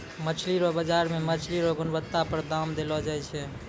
मछली रो बाजार मे मछली रो गुणबत्ता पर दाम देलो जाय छै